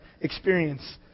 experience